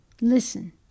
Listen